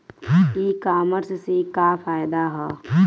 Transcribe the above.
ई कामर्स से का फायदा ह?